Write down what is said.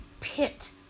pit